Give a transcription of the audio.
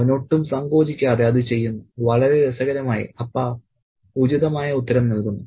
അവൻ ഒട്ടും സങ്കോചിക്കാതെ അത് ചെയ്യുന്നു വളരെ രസകരമായി അപ്പാ ഉചിതമായ ഉത്തരം നൽകുന്നു